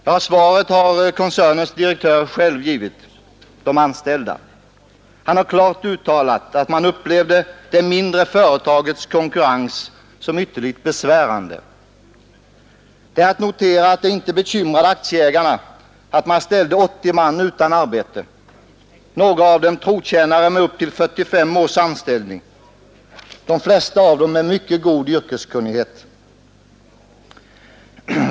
Ja, svaret har koncernens direktör själv givit de anställda. Han har klart uttalat att man upplevde det mindre företagets konkurrens som ytterligt besvärande. Det är att notera att det inte bekymrade aktieägarna att 80 man ställdes utan arbete, några av dem trotjänare med upp till 45 års anställning, de flesta av dem med mycket god yrkeskunnighet.